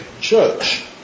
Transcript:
church